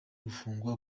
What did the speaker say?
gufungwa